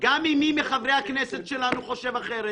גם אם מי מחברי הכנסת שלנו חושב אחרת,